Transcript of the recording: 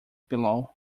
below